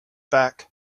back